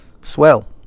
swell